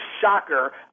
shocker